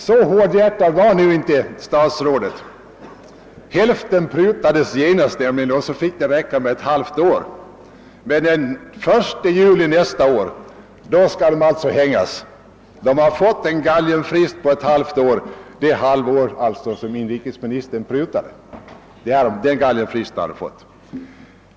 Så hårdhjärtad som utredningen var nu inte statsrådet: hälften prutades genast, och det fick räcka med ett halvt år. Men den 1 juli nästa år skall alltså dessa människor hängas — de har fått en galgenfrist på ett halvt år, alltså det halvår som inrikesministern prutade.